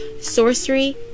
sorcery